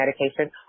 medication